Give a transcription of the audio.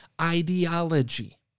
ideology